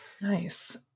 Nice